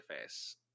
face